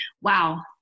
Wow